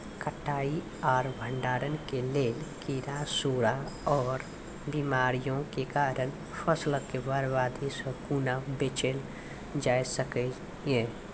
कटाई आर भंडारण के लेल कीड़ा, सूड़ा आर बीमारियों के कारण फसलक बर्बादी सॅ कूना बचेल जाय सकै ये?